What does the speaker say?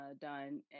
done